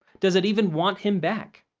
does it even want him back?